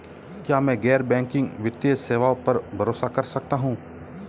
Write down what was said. क्या मैं गैर बैंकिंग वित्तीय सेवाओं पर भरोसा कर सकता हूं?